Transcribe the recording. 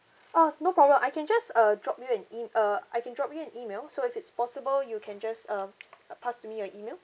uh no problem I can just uh drop you an e~ uh I can drop you an email so if it's possible you can just uh s~ pass to me your email